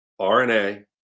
RNA